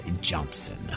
Johnson